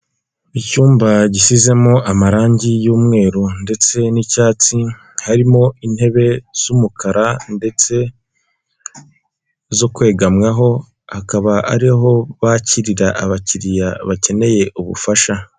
Icyumba gisizemo amarangi y'umweru ndetse n'icyatsi, harimo intebe z'umukara, ndetse zo kwegamwaho, akaba ariho bakirira abakiriya bakeneye ubufasha.